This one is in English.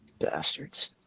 Bastards